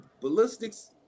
ballistics